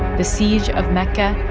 the siege of mecca,